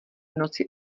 noci